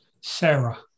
Sarah